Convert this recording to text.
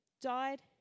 Died